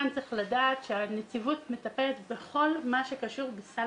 כאן צריך לדעת שהנציבות מטפלת בכל מה שקשור בסל